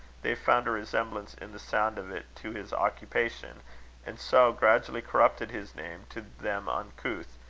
they found a resemblance in the sound of it to his occupation and so gradually corrupted his name, to them uncouth,